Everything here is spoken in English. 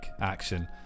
action